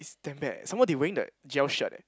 is damn bad some more they wearing the g_l shirt eh